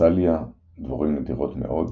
Tarsalia – דבורים נדירות מאוד.